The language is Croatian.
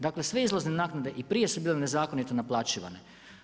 Dakle sve izlazne naknade i prije su bile nezakonito naplaćivane.